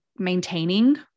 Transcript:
maintaining